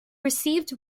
received